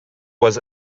was